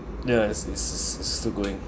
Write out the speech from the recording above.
ya it's it's it's it's still going